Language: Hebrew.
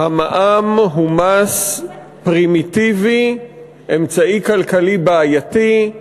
המע"מ הוא מס פרימיטיבי, אמצעי כלכלי בעייתי,